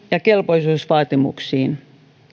ja kelpoisuusvaatimuksiin